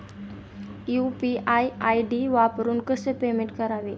UPI ID वापरून कसे payment करावे?